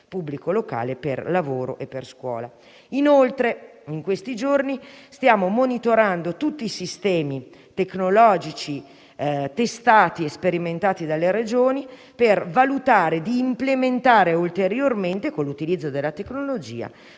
pubblico locale per lavoro e per scuola. Inoltre, in questi giorni stiamo monitorando tutti i sistemi tecnologici, testati e sperimentati dalle Regioni, per valutare di implementare ulteriormente, con l'utilizzo della tecnologia,